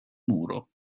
muro